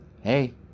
hey